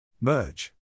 Merge